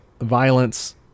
violence